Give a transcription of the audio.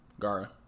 Gara